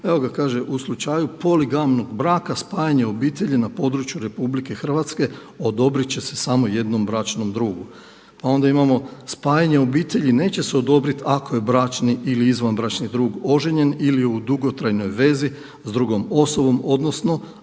evo ga kaže u slučaju poligamnog braka spajanje obitelji na području RH odobrit će se samo jednom bračnom drugu. Pa onda imamo spajanje obitelji neće se odobriti ako je bračni ili izvanbračni drug oženjen ili u dugotrajnoj vezi s drugom osobom odnosno